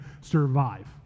survive